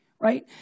Right